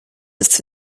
ist